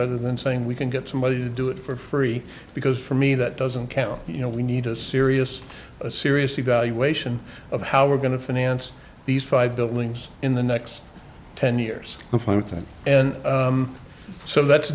rather than saying we can get somebody to do it for free because for me that doesn't count you know we need a serious serious evaluation of how we're going to finance these five buildings in the next ten years and fluting and so that's